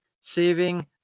saving